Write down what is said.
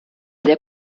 sehr